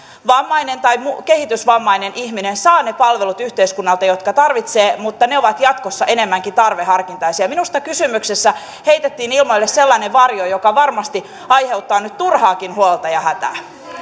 vammainen tai kehitysvammainen ihminen saa yhteiskunnalta ne palvelut jotka tarvitsee mutta ne ovat jatkossa enemmänkin tarveharkintaisia minusta kysymyksessä heitettiin ilmoille sellainen varjo joka varmasti aiheuttaa nyt turhaakin huolta ja hätää